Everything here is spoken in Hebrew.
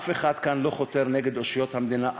אף אחד כאן לא חותר נגד אושיות המדינה,